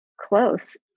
close